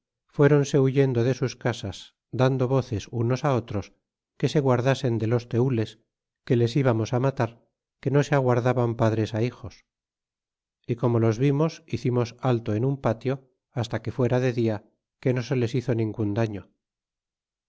uéronse huyendo de sus casas dando voces unos otros que se guardasen de los tenles que les íbamos matar que no se aguardaban padres hijos y como los vimos hicimos alto en un patio hasta que fuera de dia que no se les hizo ningun daño